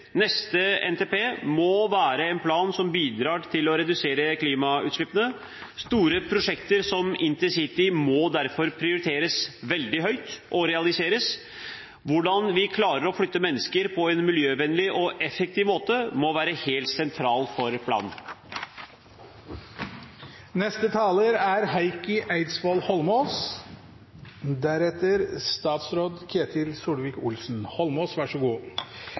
Neste nasjonale transportplan må være en plan som bidrar til å redusere klimautslippene. Store prosjekter som intercity må derfor prioriteres veldig høyt og realiseres. Hvordan vi klarer å flytte mennesker på en miljøvennlig og effektiv måte, må være helt sentralt for planen. Det er